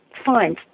Fine